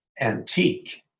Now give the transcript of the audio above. antique